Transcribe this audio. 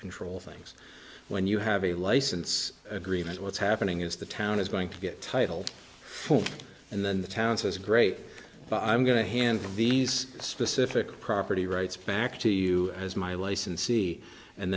control things when you have a license agreement what's happening is the town is going to get title and then the town says great i'm going to hand these specific property rights back to you as my licensee and